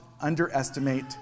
underestimate